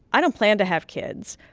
i don't plan to have kids.